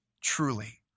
truly